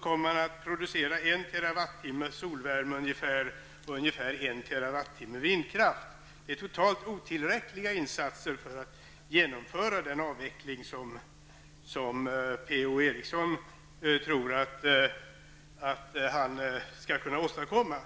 kommer man att producera ungefär 1 TWh med solvärme och ungefär 1 TWh med vindkraft. Det är totalt otillräckliga insatsatser för att genomföra den avveckling som Per-Ola Eriksson tror skall kunna åstadkommas.